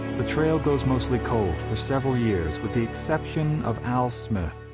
the trail goes mostly cold for several years with the exception of al smith,